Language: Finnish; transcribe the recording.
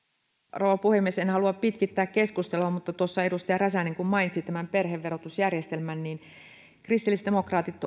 rouva puhemies en halua pitkittää keskustelua mutta kun edustaja räsänen mainitsi perheverotusjärjestelmän niin kristillisdemokraatit